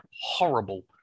Horrible